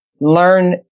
learn